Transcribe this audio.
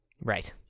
Right